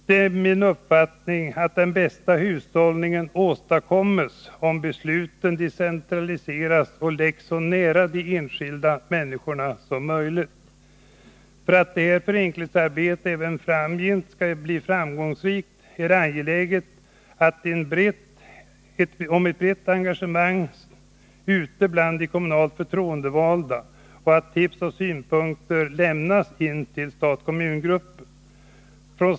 Det är min uppfattning att den bästa hushållningen åstadkommes om besluten decentraliseras och läggs så nära de enskilda människorna som möjligt. För att detta förenklingsarbete även framgent skall bli framgångsrikt är det angeläget att ett brett engagemang skapas ute bland de kommunalt förtroendevalda och att tips och synpunkter lämnas till stat-kommungruppen.